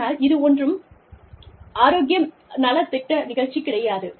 ஆனால் இது ஒன்றும் ஆரோக்கிய நல திட்ட நிகழ்ச்சி கிடையாது